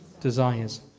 desires